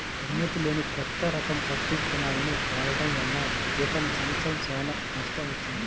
అనుమతి లేని కొత్త రకం పత్తి విత్తనాలను వాడటం వలన క్రితం సంవత్సరం చాలా నష్టం వచ్చింది